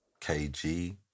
KG